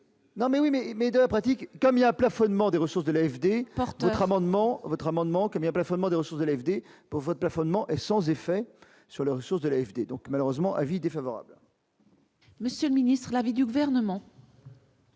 non mais oui, mais, mais dans la pratique, Camilla plafonnement des ressources de l'AFD Trabant votre amendement comme un plafonnement des ressources de l'vider votre plafonnement est sans effet sur les ressources de l'AFD donc malheureusement avis défavorable. Monsieur le Ministre, l'avis du gouvernement.